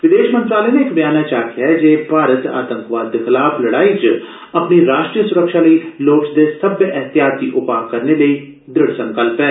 विदेश मंत्रालय नै इक ब्यान च आक्खेआ ऐ जे भारत आतंकवाद दे खलाफ लड़ाई च अपनी राश्ट्रीय स्रक्षा लेई लोड़चदे सब्बै एहतियाती उपा करने लेई दृढ संकल्प ऐ